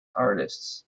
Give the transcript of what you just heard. artists